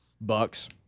Bucks